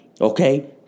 Okay